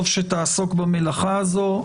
טוב שתעסוק במלאכה הזאת.